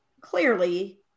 clearly